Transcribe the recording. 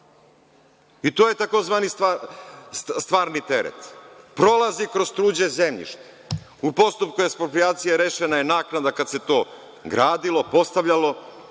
i to je tzv. stvarni teret. Prolazi kroz tuđe zemljište, u postupku eksproprijacije je rešena je naknada kada se to gradilo, postavljalo,